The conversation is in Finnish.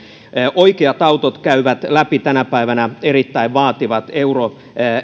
oikeat autot käyvät läpi tänä päivänä erittäin vaativat euro